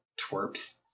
Twerps